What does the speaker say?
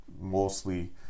mostly